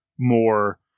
More